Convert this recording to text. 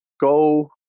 go